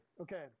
Okay